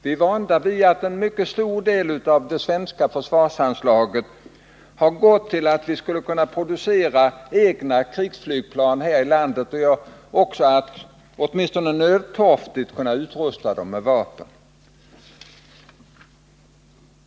Vi är vana vid att en mycket stor del av det svenska försvarsanslaget gått åt för att vi skulle kunna producera egna krigsflygplan här i landet och åtminstone nödtorftigt utrusta dem med vapen.